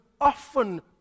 often